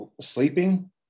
sleeping